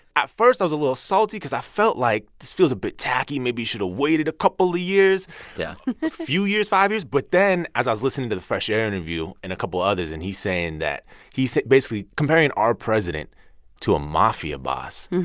at first, i was a little salty because i felt like, this feels a bit tacky. maybe he should have waited a couple of years yeah a few years five years. but then, as i was listening to the fresh air interview and a couple others and he's saying that he's basically comparing our president to a mafia boss.